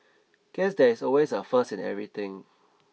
guess there is always a first in everything